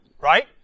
Right